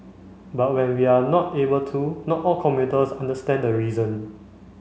but when we are not able to not all commuters understand the reason